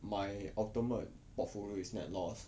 my ultimate portfolio is net loss